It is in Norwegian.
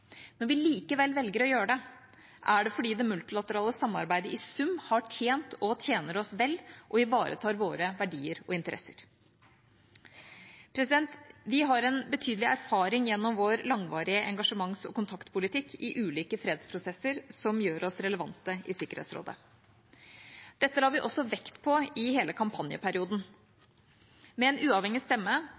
Når vi likevel velger å gjøre det, er det fordi det multilaterale samarbeidet i sum har tjent og tjener oss vel og ivaretar våre verdier og interesser. Vi har en betydelig erfaring gjennom vår langvarige engasjements- og kontaktpolitikk i ulike fredsprosesser som gjør oss relevante i Sikkerhetsrådet. Dette la vi også vekt på i hele kampanjeperioden. Med vår uavhengige stemme,